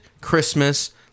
Christmas